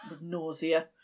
nausea